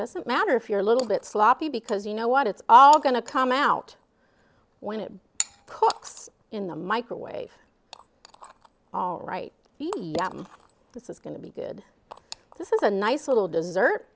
doesn't matter if you're a little bit sloppy because you know what it's all going to come out when it cooks in the microwave all right this is going to be good this is a nice little dessert